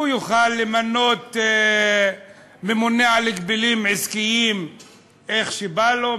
הוא יוכל למנות ממונה על הגבלים עסקיים איך שבא לו,